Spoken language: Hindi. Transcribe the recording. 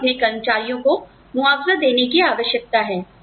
हमें अपने कर्मचारियों को मुआवजा देने की आवश्यकता है